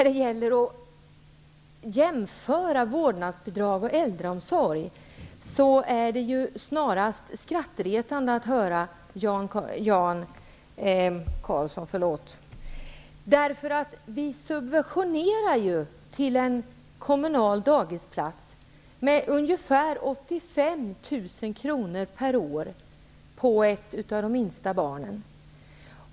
Det är skrattretande att höra Jan Andersson tala om jämförelser av vårdnadsbidraget och äldreomsorgen. Vi subventionerar varje kommunal dagisplats med ungefär 85 000 kr per år -- för de minsta barnen!